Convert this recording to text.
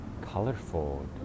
colorful